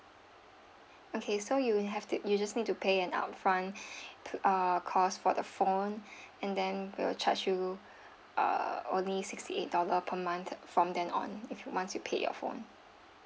okay so you have to you just need to pay an upfront to err cost for the phone and then we will charge you err only sixty eight dollar per month from then on if once you paid your phone